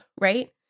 Right